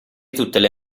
tutte